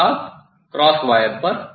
अर्थात cross wire पर